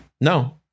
no